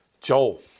Joel